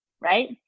Right